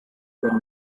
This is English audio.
than